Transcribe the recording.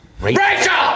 Rachel